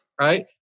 right